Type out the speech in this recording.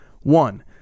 One